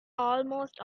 almost